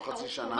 שנה.